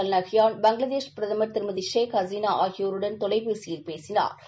அல் நயன் பங்களாதேஷ் பிரதம் திருமதி ஷேக் ஹசீனா ஆகியோருடன் தொலைபேசியில் பேசினாா்